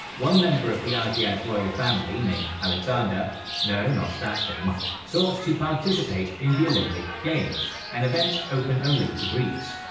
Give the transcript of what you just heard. one member of the argaed royal family family named alexander no, not that one sought to participate in the olympic games, an event open only to greeks.